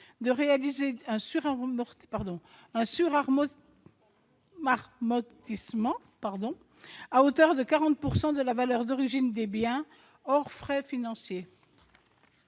de pratiquer un suramortissement à hauteur de 40 % de la valeur d'origine des biens, hors frais financiers.